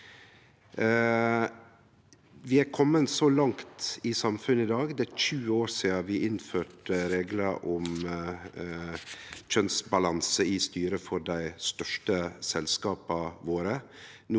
Vi er komne så langt i samfunnet i dag. Det er 20 år sidan vi innførte reglar om kjønnsbalanse i styret for dei største selskapa våre.